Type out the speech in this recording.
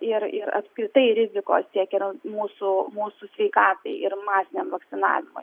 ir ir apskritai rizikos tiek ir mūsų mūsų sveikatai ir masiniam vakcinavimui